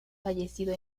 fallecido